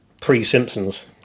pre-Simpsons